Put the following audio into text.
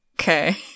Okay